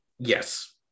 Yes